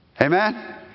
Amen